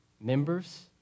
members